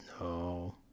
No